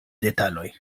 detaloj